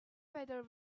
whether